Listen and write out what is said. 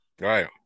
Right